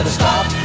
stop